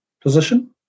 position